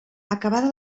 acabada